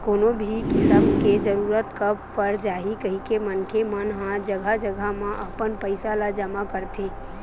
कोनो भी किसम के जरूरत कब पर जाही कहिके मनखे मन ह जघा जघा म अपन पइसा ल जमा करथे